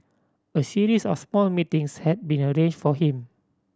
a series of small meetings had been arranged for him